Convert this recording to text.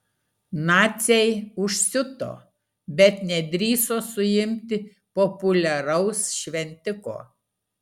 naciai užsiuto bet nedrįso suimti populiaraus šventiko